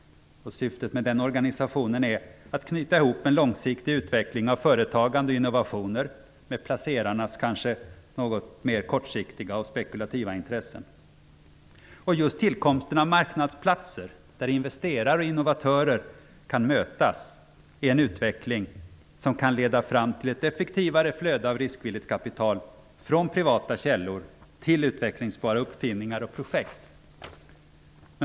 Syftet med den organisationen är att knyta ihop en långsiktig utveckling av företagande och innovationer med placerarnas kanske något mer kortsiktiga och spekulativa intressen. Just tillkomsten av marknadsplatser, där investerare och innovatörer kan mötas, är en utveckling som kan leda fram till ett effektivare flöde av riskvilligt kapital från privata källor till utvecklingsbara uppfinningar och projekt.